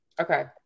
Okay